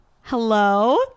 Hello